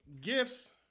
gifts